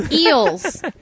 eels